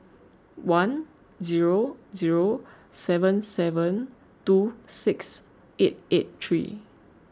one zero zero seven seven two six eight eight three